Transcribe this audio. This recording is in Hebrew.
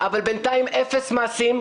אבל בינתיים אפס מעשים.